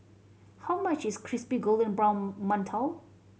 how much is crispy golden brown mantou